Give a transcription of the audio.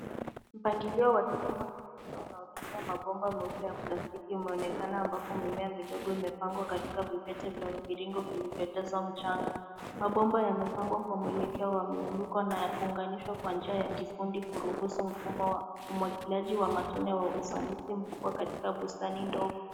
Mpangilio wa kilimo cha kisasa unaotumia mabomba meupe ya plastiki imeonekana, ambapo mimea midogo imepangwa katika vibete vya mviringo vilivyojazwa mchanga. Mabomba yamepangwa kwa mwelekeo wa miuniko na kuunganishwa kwa njia ya kifundi kuruhusu mfumo wa umwagiliaji wa matone wa ufanisi mkubwa katika bustani ndogo.